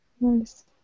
Nice